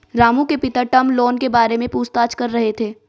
रामू के पिता term loan के बारे में पूछताछ कर रहे थे